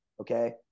okay